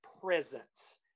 presence